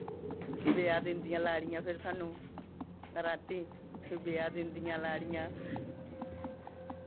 बेआ दिंदियां लाड़ियां फिर सानूं रातीं फ्ही बेआ दिंदियां लाड़ियां